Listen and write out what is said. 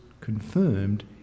confirmed